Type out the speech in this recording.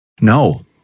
No